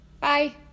Bye